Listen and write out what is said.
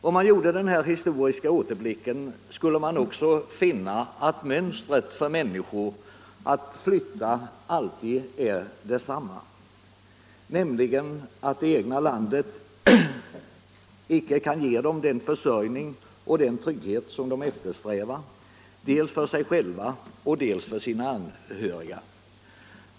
Om man gjorde den här historiska återblicken skulle man också finna att flyttningsmönstret för människor alltid är detsamma, nämligen att det egna landet inte kan ge dem den försörjning och den frihet som de eftersträvar dels för sig själva, dels för sina anhöriga.